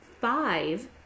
five